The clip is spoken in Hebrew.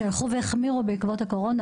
שהלכו והחמירו בעקבות הקורונה,